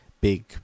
big